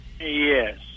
yes